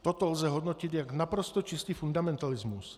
Toto lze hodnotit jako naprosto čistý fundamentalismus.